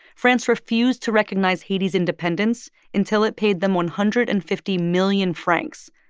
france refused to recognize haiti's independence until it paid them one hundred and fifty million francs,